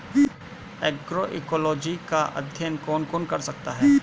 Agroecology का अध्ययन कौन कौन कर सकता है?